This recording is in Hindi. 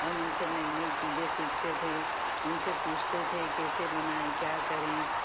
हम उनसे नई नई चीज़ें सीखते थे उनसे पूछते थे कैसे बनाए क्या करें